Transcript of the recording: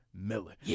Miller